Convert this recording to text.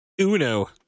Uno